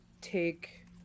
take